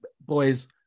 boys